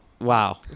Wow